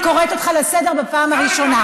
אני קוראת אותך לסדר בפעם הראשונה.